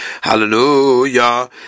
hallelujah